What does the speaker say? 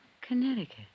Connecticut